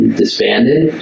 disbanded